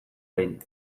behin